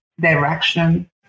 direction